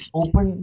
open